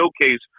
showcase